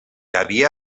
havia